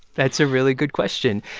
that's a really good question.